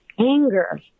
anger